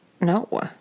no